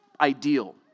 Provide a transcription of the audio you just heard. ideal